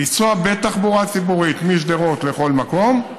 לנסוע בתחבורה ציבורית משדרות לכל מקום,